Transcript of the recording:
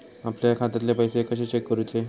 आपल्या खात्यातले पैसे कशे चेक करुचे?